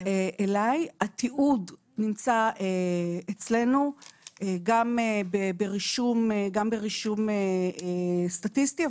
התיעוד נמצא אצלנו גם ברישום סטטיסטי,